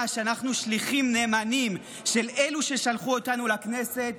שאנחנו שליחים נאמנים של אלו ששלחו אותנו לכנסת,